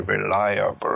reliable